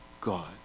God